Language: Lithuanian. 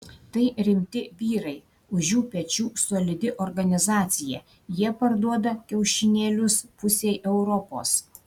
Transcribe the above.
tai rimti vyrai už jų pečių solidi organizacija jie parduoda kiaušinėlius pusei europos